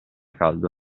caldo